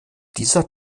dieser